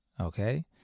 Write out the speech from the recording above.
Okay